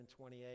28